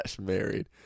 married